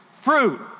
fruit